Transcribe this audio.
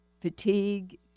Fatigue